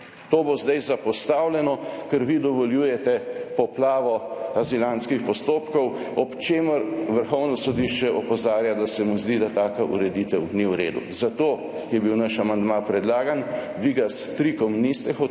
To bo zdaj zapostavljeno, ker vi dovoljujete poplavo azilantskih postopkov, ob čemer Vrhovno sodišče opozarja, da se mu zdi, da taka ureditev ni v redu. Zato je bil naš amandma predlagan, vi ga s trikom niste hoteli